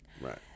Right